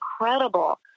incredible